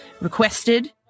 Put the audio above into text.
requested